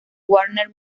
warner